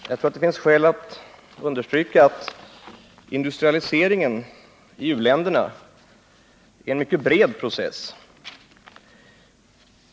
Herr talman! Jag tror det finns skäl att understryka att industrialiseringen i u-länderna är en mycket bred process.